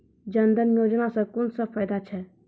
जनधन योजना सॅ कून सब फायदा छै?